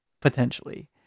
potentially